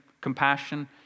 compassion